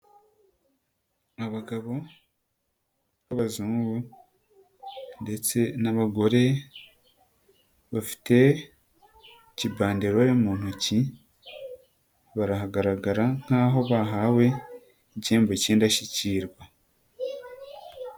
Abagabo, b'abazungu, ndetse n'abagore, bafite, ikibanderore mu ntoki, barahagaragara nkaho bahawe igihembo cy'indashyikirwa.